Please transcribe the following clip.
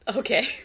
okay